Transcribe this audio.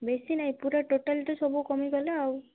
ବେଶୀ ନାହିଁ ପୁରା ଟୋଟାଲ୍ ତ ସବୁ କମିଗଲେ ଆଉ